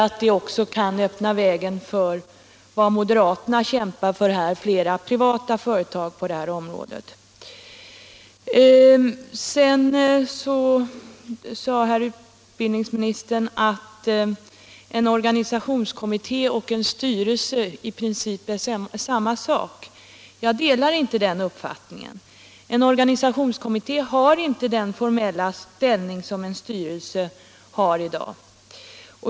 Det kan nämligen öppna vägen för vad moderaterna kämpar för, dvs. flera privata företag på detta område. ; Utbildningsministern sade också att en organisationskommitté och en styrelse i princip är samma sak. Jag delar inte den uppfattningen. En organisationskommitté har inte den formella ställning som en styrelse har i dag.